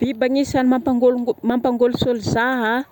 Biby anisany mampangôlingôly. Mampangôlisôly zaha